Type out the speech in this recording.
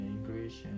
English